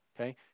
Okay